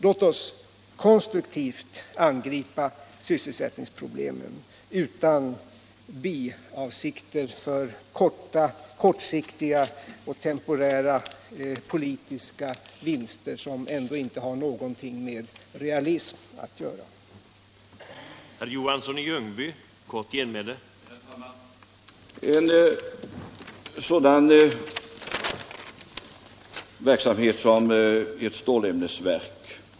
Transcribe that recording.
Låt oss konstruktivt angripa sysselsättningsproblemen utan biavsikter om kortsiktiga och temporära politiska vinster, som ändå inte har någonting med realism att göra.